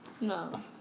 No